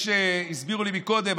הסבירו לי קודם,